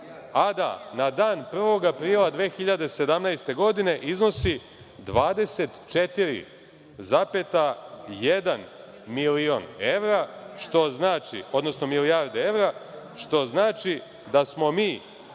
a da na dan 1. aprila 2017. godine iznosi 24,1 milijarda evra, što znači da smo mi